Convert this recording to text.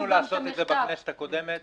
ניסינו לעשות את זה בכנסת הקודמת.